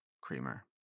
creamer